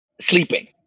sleeping